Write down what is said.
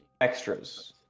Extras